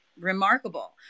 remarkable